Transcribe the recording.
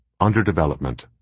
Underdevelopment